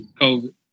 COVID